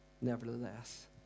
nevertheless